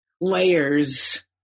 layers